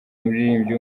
umuririmbyi